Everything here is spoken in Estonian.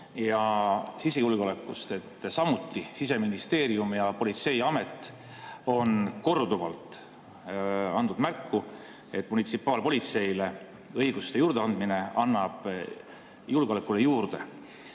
Ja sisejulgeolekust samuti. Siseministeerium ja politseiamet on korduvalt andnud märku, et munitsipaalpolitseile õiguste juurdeandmine annab julgeolekule juurde.